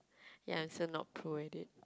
ya I'm so not pro at it